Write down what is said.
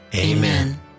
Amen